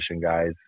guys